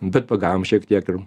bet pagavom šiek tiek ir